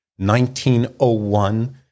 1901